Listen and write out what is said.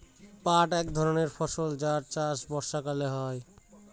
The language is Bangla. পাট এক ধরনের ফসল যার চাষ বর্ষাকালে হয়